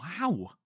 Wow